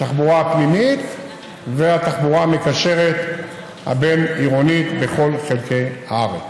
התחבורה הפנימית והתחבורה המקשרת הבין-עירונית בכל חלקי הארץ.